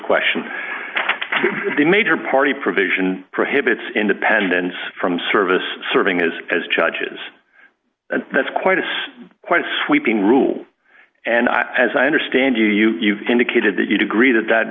question the major party provision prohibits independence from service serving is as judges and that's quite a stir quite a sweeping rule and i as i understand you you you've indicated that you'd agree that that